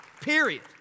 period